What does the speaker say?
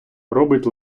робить